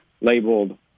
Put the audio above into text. labeled